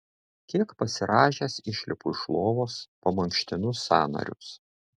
kiek pasirąžęs išlipu iš lovos pamankštinu sąnarius